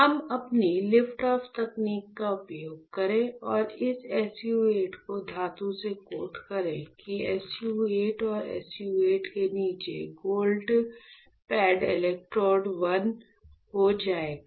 हम अपनी lift off तकनीक का उपयोग करें और इस SU 8 को धातु से कोट करें कि SU 8 और SU 8 के नीचे का गोल्ड पैड इलेक्ट्रोड 1 हो जाएगा